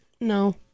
No